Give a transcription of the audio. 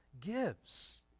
gives